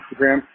Instagram